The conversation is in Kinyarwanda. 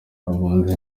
abunzi